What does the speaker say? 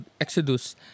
exodus